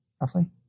roughly